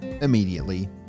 immediately